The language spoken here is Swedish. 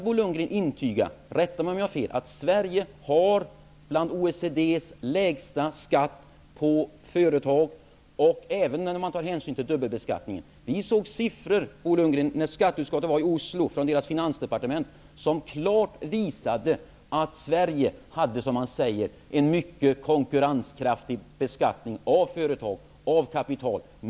Bo Lundgren kan intyga -- rätta mig om jag har fel -- att Sverige är det land inom OECD som har den lägsta skatten på företag, även om man tar hänsyn till dubbelbeskattningen. Vi såg siffror, Bo Lundgren, när vi i skatteutskottet besökte Finansdepartementet i Oslo, som klart visade att Sverige med hänsyn till dubbelbeskattningen har en mycket konkurrenskraftig beskattning av företag och kapital.